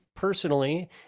personally